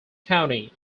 county